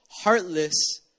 heartless